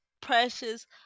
precious